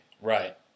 Right